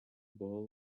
ball